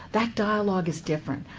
that dialogue is different.